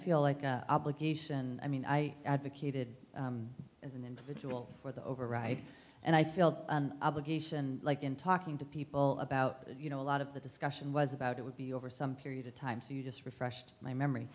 feel like obligation i mean i advocated as an individual for the override and i feel like in talking to people about you know a lot of the discussion was about it would be over some period of time so you just refresh my memory